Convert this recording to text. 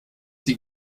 die